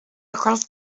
across